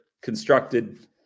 constructed